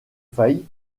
faye